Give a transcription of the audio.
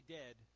dead